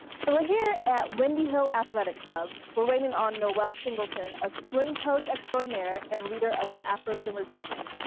so we're here at windy hill athletic club. we're waiting on noelle singleton a swim coach extraordinaire and leader of the afroswimmers movement.